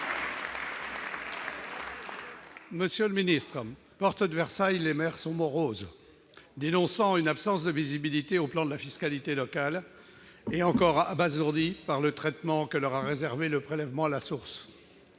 Monsieur le ministre, Porte de Versailles, les maires sont moroses, dénonçant une absence de visibilité sur le plan de la fiscalité locale et encore abasourdis par le traitement que leur a réservé le prélèvement à la source.